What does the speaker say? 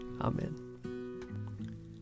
Amen